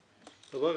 דבר אחד,